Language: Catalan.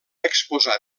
exposar